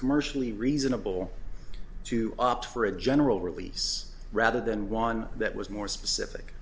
commercially reasonable to opt for a general release rather than one that was more specific